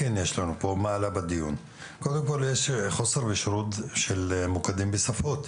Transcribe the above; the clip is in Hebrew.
בדיון עלה שיש חוסר בשירות בשפות זרות במוקדים.